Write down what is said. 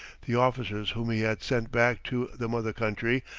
the officers whom he had sent back to the mother country,